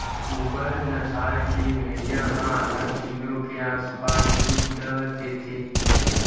पूगल नसल के भेड़िया ह आधा किलो के आसपास दूद देथे